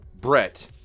Brett